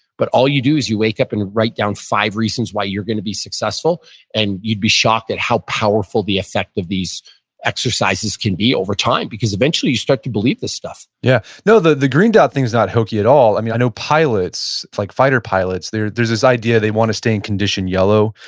but all you do is you wake up and write down five reasons why you're going to be successful and you'd be shocked at how powerful the effect of these exercises can be over time. because eventually you start to believe this stuff yeah, no the the green dot thing's not hokey at all. i know pilots, like fighter pilots, there's there's this idea they want to stay in condition yellow,